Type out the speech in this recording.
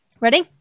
Ready